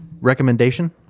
recommendation